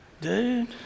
Dude